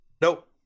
nope